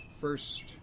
first